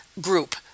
group